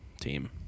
team